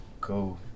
go